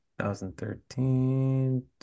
2013